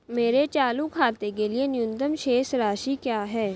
मेरे चालू खाते के लिए न्यूनतम शेष राशि क्या है?